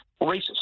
racist